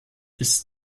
ist